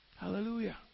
Hallelujah